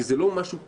כי זה לא משהו טכני,